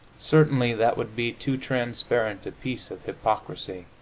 certainly that would be too transparent a piece of hypocrisy,